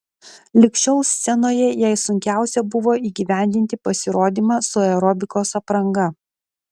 lig šiol scenoje jai sunkiausia buvo įgyvendinti pasirodymą su aerobikos apranga